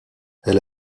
elle